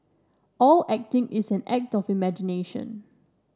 all acting is an act of imagination